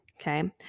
okay